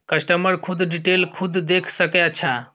customer खुद detail खुद देख सके अच्छा